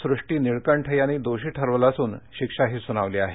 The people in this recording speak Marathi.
सृष्टी नीळकठ यांनी दोषी ठरवलं असून शिक्षा सूनावली आहे